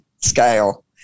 scale